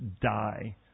die